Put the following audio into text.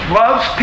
loves